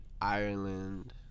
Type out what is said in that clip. Ireland